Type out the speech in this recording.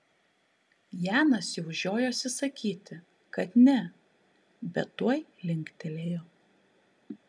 janas jau žiojosi sakyti kad ne bet tuoj linktelėjo